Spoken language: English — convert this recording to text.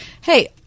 Hey